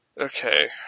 Okay